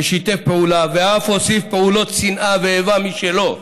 ששיתף פעולה ואף הוסיף פעולות שנאה ואיבה משלו.